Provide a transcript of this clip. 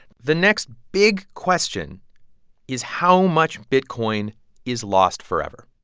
the next big question is, how much bitcoin is lost forever?